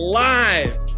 live